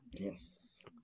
Yes